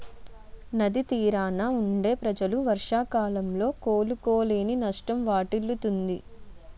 నది తీరాన వుండే ప్రజలు వర్షాకాలంలో కోలుకోలేని నష్టం వాటిల్లుతుంది